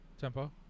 Tempo